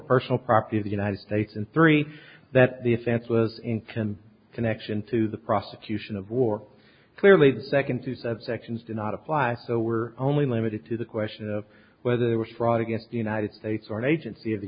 personal property of the united states and three that the offense was in connection to the prosecution of war clearly the second two sets actions do not apply so we're only limited to the question of whether there was fraud against the united states or an agency of the